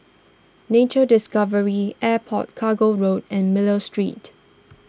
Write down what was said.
Nature Discovery Airport Cargo Road and Miller Street